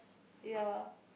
ya